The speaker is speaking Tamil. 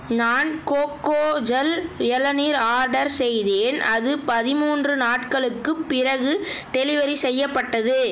நான் கோகோஜல் இளநீர் ஆர்டர் செய்தேன் அது பதிமூன்று நாட்களுக்குப் பிறகு டெலிவரி செய்யப்பட்டது